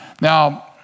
Now